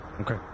Okay